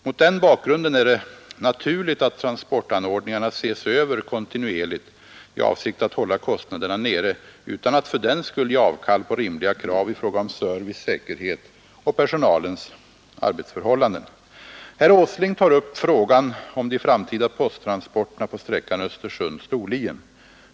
Mot denna bakgrund är det naturligt att transportanordningarna ses över kontinuerligt i avsikt att hålla kostnaderna nere utan att fördenskull ge avkall på rimliga krav i fråga om service, säkerhet och personalens arbetsförhållanden. Herr Åsling tar upp frågan om de framtida posttransporterna på sträckan Östersund — Storlien.